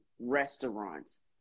restaurants